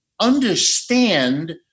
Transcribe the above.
understand